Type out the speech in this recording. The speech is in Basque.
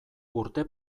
urte